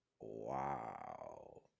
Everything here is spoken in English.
Wow